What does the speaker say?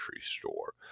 store